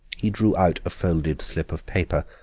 he drew out a folded slip of paper.